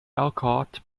elkhart